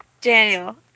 Daniel